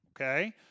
okay